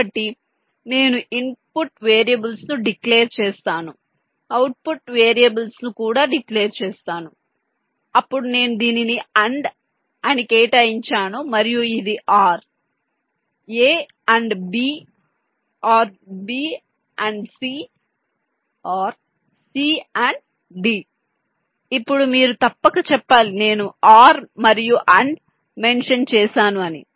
కాబట్టి నేను ఇన్పుట్ వేరియబుల్స్ను డిక్లేర్ చేస్తాను అవుట్పుట్ వేరియబుల్స్ ను కూడా డిక్లేర్ చేస్తాను అప్పుడు నేను దీనిని AND అని కేటాయించాను మరియు ఇది OR a AND b OR b AND c OR c AND d ఇప్పుడు మీరు తప్పక చెప్పాలి నేను OR మరియు AND మెన్షన్ చేశాను అని